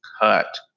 cut